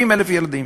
70,000 ילדים.